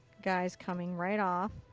guys coming right off.